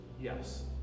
Yes